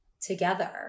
together